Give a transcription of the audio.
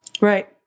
Right